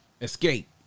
Escape